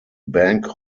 bank